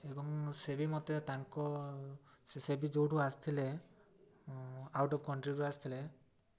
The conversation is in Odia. ଏବଂ ସେ ବି ମୋତେ ତାଙ୍କ ସେ ବି ଯେଉଁଠୁ ଆସିଥିଲେ ଆଉଟ୍ ଅଫ୍ କଣ୍ଟ୍ରିରୁ ଆସିଥିଲେ